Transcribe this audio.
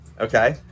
okay